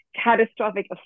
catastrophic